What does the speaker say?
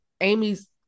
Amy's